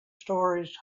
stories